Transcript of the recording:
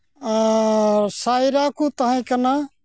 ᱟᱨ ᱥᱟᱭᱨᱟ ᱠᱚ ᱛᱟᱦᱮᱸᱠᱟᱱᱟ